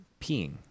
peeing